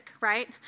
right